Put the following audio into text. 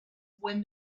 when